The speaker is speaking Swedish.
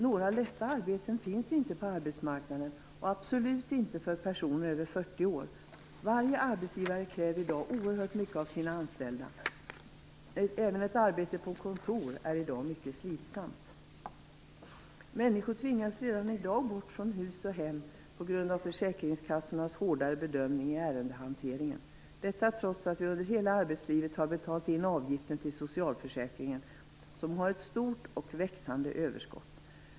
Några lätta arbeten finns inte på arbetsmarknaden och absolut inte för personer över 40 år. Varje arbetsgivare kräver i dag oerhört mycket av sina anställda. Även ett arbete på kontor är i dag mycket slitsamt. Människor tvingas redan i dag bort från hus och hem på grund av försäkringskassornas hårdare bedömning i ärendehanteringen, detta trots att de under hela arbetslivet har betalat in avgiften till socialförsäkringen, som har ett stort och växande överskott.